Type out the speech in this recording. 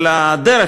אבל הדרך,